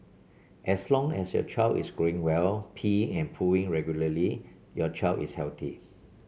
as long as your child is growing well peeing and pooing regularly your child is healthy